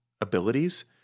abilities